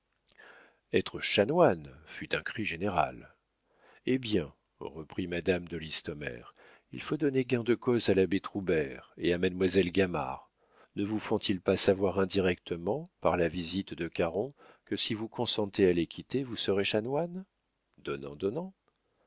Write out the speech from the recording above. être chanoine fut un cri général eh bien reprit madame de listomère il faut donner gain de cause à l'abbé troubert et à mademoiselle gamard ne vous font-ils pas savoir indirectement par la visite de caron que si vous consentez à les quitter vous serez chanoine